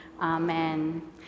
Amen